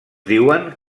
diuen